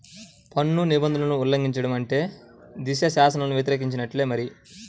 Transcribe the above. పన్ను నిబంధనలను ఉల్లంఘించడం అంటే అది శాసనాలను వ్యతిరేకించినట్టే మరి